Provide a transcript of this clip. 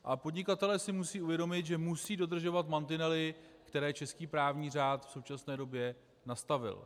A podnikatelé si musí uvědomit, že musí dodržovat mantinely, které český právní řád v současné době nastavil.